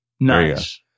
nice